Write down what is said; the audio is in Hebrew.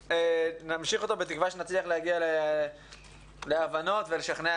נמשיך אותו בתקווה שנצליח להגיע להבנות ולשכנע